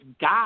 God